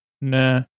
Nah